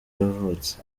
yavutse